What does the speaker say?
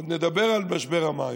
עוד נדבר על משבר המים,